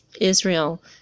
Israel